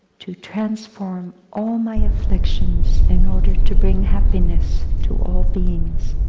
to transform all my afflictions in order to bring happiness to all beings.